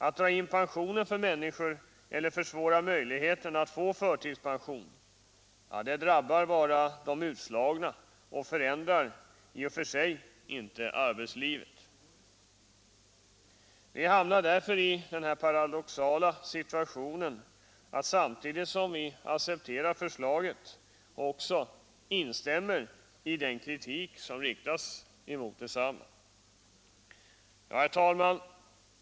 Att dra in pensionen för människor eller försvåra möjligheten att få förtidspension är något som drabbar bara de utslagna och förändrar i och för sig inte arbetslivet. Vi hamnar därför i den paradoxala situationen att vi samtidigt som vi accepterar förslaget också instämmer i den kritik som riktats mot detsamma. Herr talman!